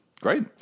Great